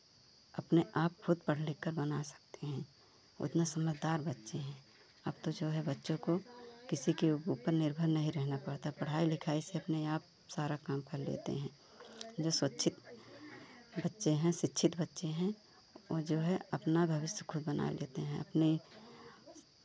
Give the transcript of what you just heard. अपने आप खुद पढ़ लिख कर बना सकते हैं उतना समझदार बच्चे हैं अब तो जो है बच्चों को किसी के ऊपर निर्भर नहीं रहना पड़ता है पढ़ाई लिखाई से अपने आप सारा काम कर लेते हैं जो शिक्षित बच्चे हैं शिक्षित बच्चे हैं ओ जो है अपना भविष्य खुद बना लेते हैं अपने